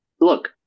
look